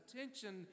attention